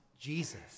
Jesus